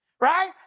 right